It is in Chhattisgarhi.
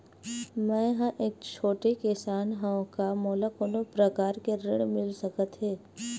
मै ह एक छोटे किसान हंव का मोला कोनो प्रकार के ऋण मिल सकत हे का?